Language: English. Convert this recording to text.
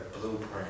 blueprint